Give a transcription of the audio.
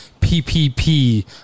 PPP